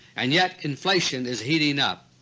and yet inflation is heating up.